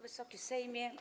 Wysoki Sejmie!